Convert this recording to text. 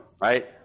right